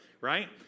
right